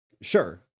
Sure